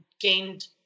gained